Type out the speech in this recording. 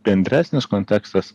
bendresnis kontekstas